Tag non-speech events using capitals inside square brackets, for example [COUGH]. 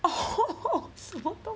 [LAUGHS] cute